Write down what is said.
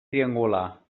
triangular